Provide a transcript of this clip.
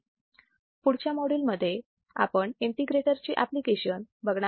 पुढच्या मॉड्यूल मध्ये आपण इंटिग्रेटरची एप्लीकेशन बघणार आहोत